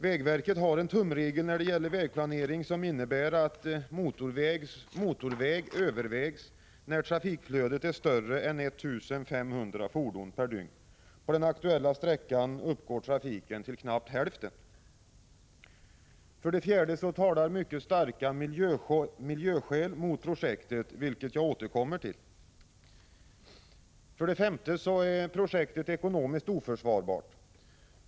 Vägverket har en tumregel när det gäller vägplanering som innebär att motorväg övervägs när trafikflödet är större än 1 500 fordon per dygn. På den aktuella sträckan uppgår trafiken till knappt hälften. 4. Mycket starka miljöskäl talar mot projektet, vilket jag återkommer till. 5. Projektet är ekonomiskt oförsvarbart.